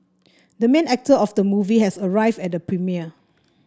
the main actor of the movie has arrived at the premiere